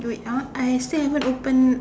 you wait ah I still haven't open